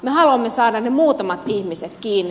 me haluamme saada ne muutamat ihmiset kiinni